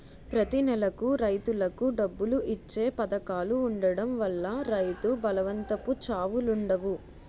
ప్రతి నెలకు రైతులకు డబ్బులు ఇచ్చే పధకాలు ఉండడం వల్ల రైతు బలవంతపు చావులుండవు